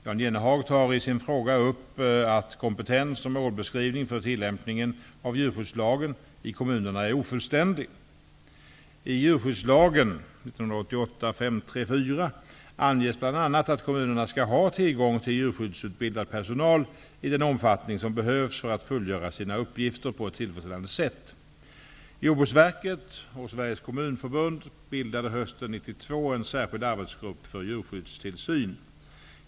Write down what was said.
Jan Jennehag tar i sin fråga upp att kompetens och målbeskrivning för tillämpningen av djurskyddslagen i kommunerna är ofullständig. I djurskyddslagen anges bl.a. att kommunerna skall ha tillgång till djurskyddsutbildad personal i den omfattning de behöver för att fullgöra sina uppgifter på ett tillfredsställande sätt. Jordbruksverket och Sveriges kommunförbund bildade hösten 1992 en särskild arbetsgrupp för djurskyddstillsyn.